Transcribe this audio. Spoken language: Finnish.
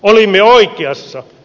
olimme oikeassa